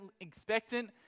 expectant